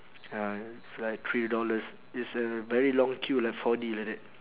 ya it's like three dollars it's a very long queue like four D like that